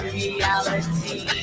reality